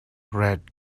red